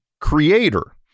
creator